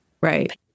right